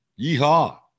Yeehaw